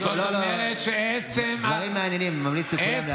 יש פה דברים מעניינים, אני ממליץ לכולם להקשיב.